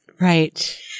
Right